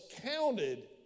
counted